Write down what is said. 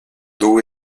dos